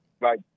Right